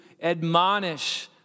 admonish